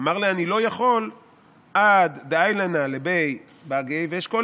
"אמר ליה: לא יכילנא עד דעיילנא לבי בני ואשקול